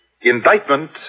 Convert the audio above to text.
Indictment